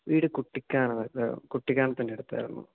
വീട് കുട്ടിക്കാനം കുട്ടിക്കാനത്തിന് അടുത്തായിരുന്നു